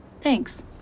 Thanks